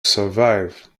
survive